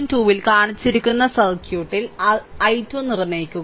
2 ൽ കാണിച്ചിരിക്കുന്ന സർക്യൂട്ടിൽ i2 നിർണ്ണയിക്കുക